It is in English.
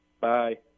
Bye